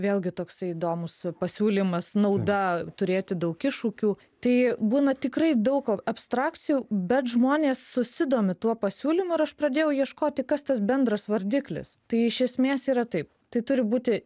vėlgi toksai įdomus pasiūlymas nauda turėti daug iššūkių tai būna tikrai daug abstrakcijų bet žmonės susidomi tuo pasiūlymu ir aš pradėjau ieškoti kas tas bendras vardiklis tai iš esmės yra taip tai turi būti